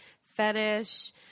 fetish